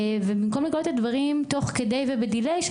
במקום לקלוט את הדברים תוך כדי ובדיליי,